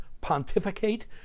pontificate